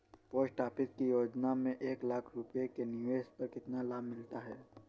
Post office की योजना में एक लाख रूपए के निवेश पर कितना लाभ मिलता है?